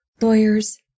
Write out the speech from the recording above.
lawyers